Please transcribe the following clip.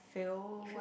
feel what